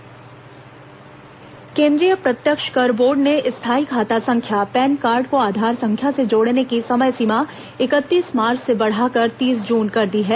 आधार card केंद्रीय प्रत्यक्ष कर बोर्ड ने स्थायी खाता संख्या पैन कार्ड को आधार संख्या से जोड़ने की समय सीमा इकतीस मार्च से बढ़ाकर तीस जून कर दी है